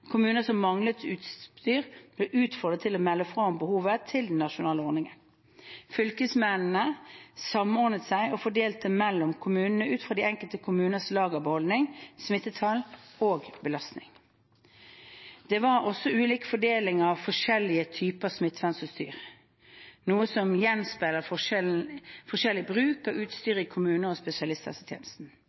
Kommuner som manglet utstyr, ble oppfordret til å melde fra om behovet til den nasjonale ordningen. Fylkesmennene samordnet seg og fordelte mellom kommunene ut fra de enkelte kommuners lagerbeholdning, smittetall og belastning. Det var også ulik fordeling av forskjellige typer smittevernutstyr, noe som gjenspeilet forskjellig bruk av utstyr i kommunene og spesialisthelsetjenesten.